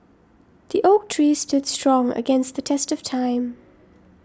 the oak tree stood strong against the test of time